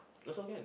also can